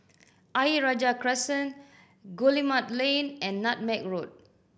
Ayer Rajah Crescent Guillemard Lane and Nutmeg Road